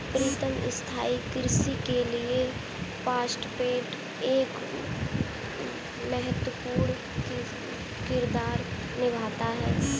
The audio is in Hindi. प्रीतम स्थाई कृषि के लिए फास्फेट एक महत्वपूर्ण किरदार निभाता है